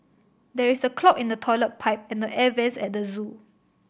there is a clog in the toilet pipe and the air vents at the zoo